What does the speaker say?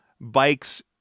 bikes